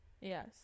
Yes